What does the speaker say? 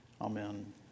Amen